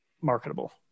marketable